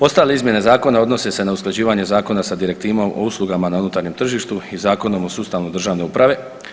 Ostale izmjene zakona odnose se na usklađivanje zakona sa direktivama o uslugama na unutarnjem tržištu i Zakonom o sustavu državne uprave.